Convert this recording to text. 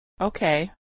Okay